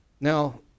Now